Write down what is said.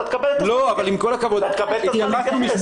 אתה תקבל את הזמן להתייחס.